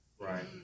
Right